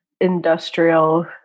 industrial